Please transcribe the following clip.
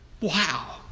Wow